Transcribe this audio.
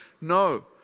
No